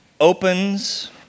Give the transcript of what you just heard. opens